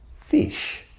fish